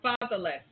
fatherless